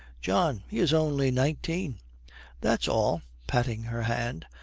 john, he is only nineteen that's all patting her hand.